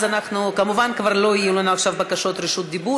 אז כמובן כבר לא יהיו עכשיו בקשות דיבור,